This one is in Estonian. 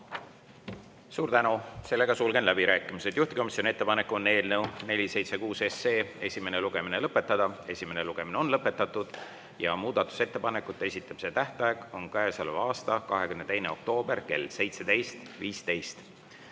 Suur tänu! Sulgen läbirääkimised. Juhtivkomisjoni ettepanek on eelnõu 476 esimene lugemine lõpetada. Esimene lugemine on lõpetatud ja muudatusettepanekute esitamise tähtaeg on käesoleva aasta 22. oktoober kell 17.15.